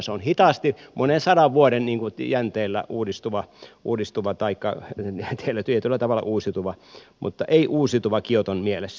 se on hitaasti monen sadan vuoden jänteellä uudistuva taikka tietyllä tavalla uusiutuva mutta ei uusiutuva kioton mielessä